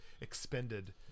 expended